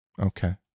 Okay